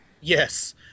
Yes